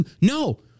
No